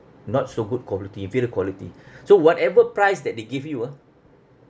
not so good quality fail quality so whatever price that they give you ah